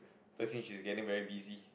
Le Xing she's getting very busy